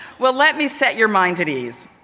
well let me set your mind at ease.